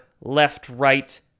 left-right